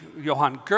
Johann